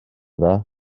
dda